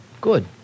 Good